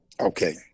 okay